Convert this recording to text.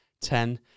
ten